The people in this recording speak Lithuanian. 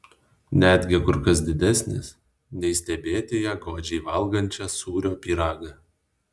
netgi kur kas didesnis nei stebėti ją godžiai valgančią sūrio pyragą